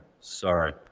Sorry